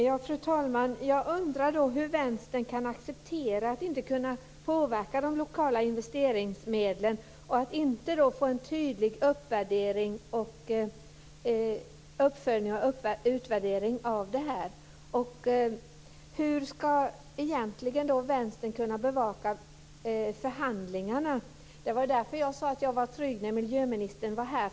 Fru talman! Jag undrar hur vänstern kan acceptera att inte kunna påverka de lokala investeringsmedlen och att inte få en tydlig uppvärdering, uppföljning och utvärdering. Hur ska vänstern egentligen kunna bevaka förhandlingarna? Jag sade att jag var trygg när miljöministern var här.